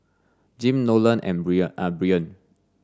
Jim Nolen and and Byron